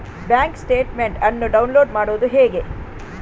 Bank statement ಅನ್ನು download ಮಾಡುವುದು ಹೇಗೆ?